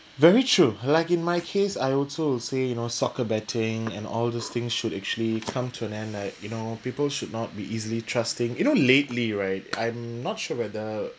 very true like in my case I also would say you know soccer betting and all these things should actually come to an end like you know people should not be easily trusting you know lately right I'm not sure whether